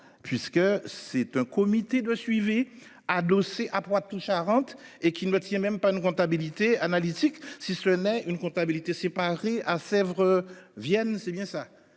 puisque c'est un comité de suivi adossé à Poitou-Charentes et qui me tient même pas de comptabilité analytique. Si ce n'est une comptabilité séparée à Sèvres viennent c'est bien ça.